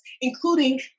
including